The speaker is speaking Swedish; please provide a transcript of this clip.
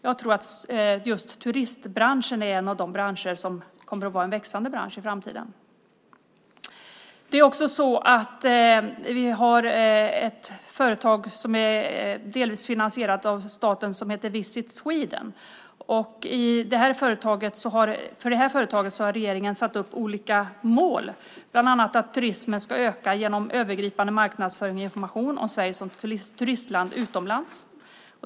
Jag tror att just turistbranschen är en av de branscher som kommer att vara en växande bransch i framtiden. Vi har ett företag som delvis är finansierat av staten och som heter Visit Sweden. Regeringen har satt upp olika mål för detta företag, bland annat att turismen ska öka genom övergripande marknadsföring och information om Sverige som turistland utomlands.